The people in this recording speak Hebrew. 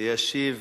ישיב